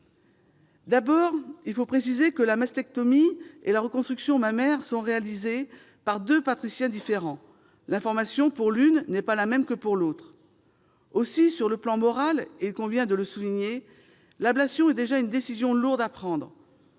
D'abord, il faut préciser que la mastectomie et la reconstruction mammaire sont réalisées par deux praticiens différents. L'information pour l'une n'est pas la même que pour l'autre. Aussi, sur le plan moral, il convient de le souligner, l'ablation est déjà une décision lourde à prendre.